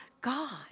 God